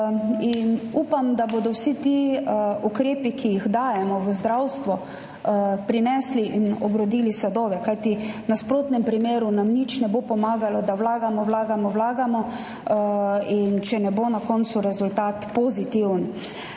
Upam, da bodo vsi ti ukrepi, ki jih dajemo v zdravstvo, prinesli in obrodili sadove. Kajti v nasprotnem primeru nam nič ne bo pomagalo, da vlagamo, vlagamo, vlagamo, če ne bo na koncu rezultat pozitiven.